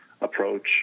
approach